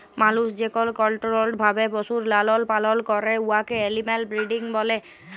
মালুস যেকল কলট্রোল্ড ভাবে পশুর লালল পালল ক্যরে উয়াকে এলিম্যাল ব্রিডিং ব্যলে